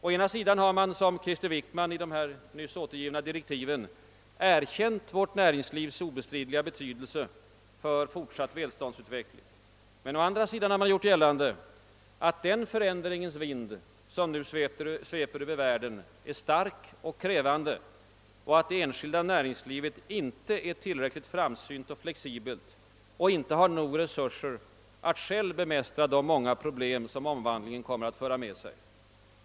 Å ena sidan har man som Krister Wickman i de här nyss återgivna direktiven erkänt vårt näringslivs obestridliga betydelse för fortsatt välståndsutveckling. Å andra sidan har man gjort gällande att den förändringens vind som nu sveper över världen är stark och krävande och att det enskilda näringslivet inte är tillräckligt framsynt och flexibelt och inte har nog resurser att självt bemästra de många problem som omvandlingen kommer att föra med sig.